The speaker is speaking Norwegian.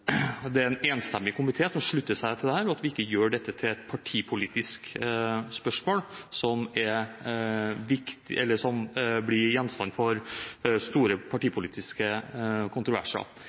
det er en enstemmig komité som slutter seg til dette, og at vi ikke gjør dette til et partipolitisk spørsmål som blir gjenstand for store partipolitiske kontroverser.